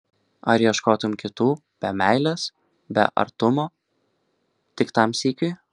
ar ieškotum kitų be meilės be artumo tik tam sykiui